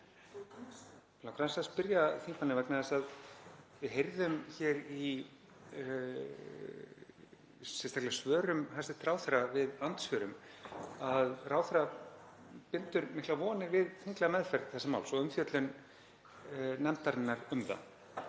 aðeins að spyrja þingmanninn, vegna þess að við heyrðum hér sérstaklega í svörum hæstv. ráðherra við andsvörum að ráðherra bindur miklar vonir við þinglega meðferð þessa máls og umfjöllun nefndarinnar um það.